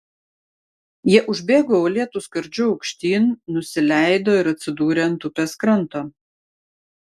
jie užbėgo uolėtu skardžiu aukštyn nusileido ir atsidūrė ant upės kranto